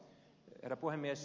herra puhemies